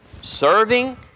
Serving